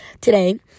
Today